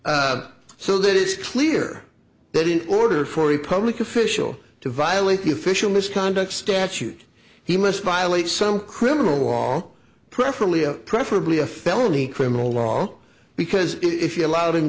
so that it's clear that in order for a public official to violate the official misconduct statute he must violate some criminal law preferably preferably a felony criminal law because if you're allow